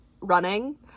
running